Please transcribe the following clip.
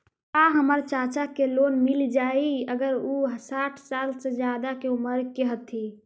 का हमर चाचा के लोन मिल जाई अगर उ साठ साल से ज्यादा के उमर के हथी?